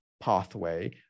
pathway